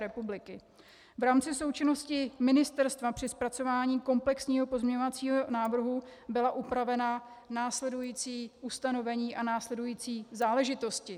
V rámci součinnosti ministerstva při zpracování komplexního pozměňovacího návrhu byla upravena následující ustanovení a následující záležitosti.